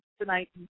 tonight